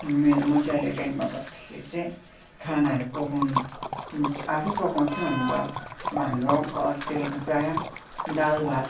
मेरो म चाहिँ अहिले रेन्टमा बस्दाखेरि चाहिँ खानाहरू पकाउनु आफै पकाउँछु अन्त अब हाम्रो घरतिर त प्रायः दाल भात